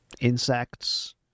Insects